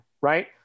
right